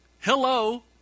Hello